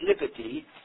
liberty